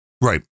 Right